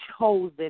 chosen